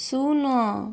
ଶୂନ